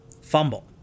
fumble